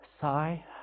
sigh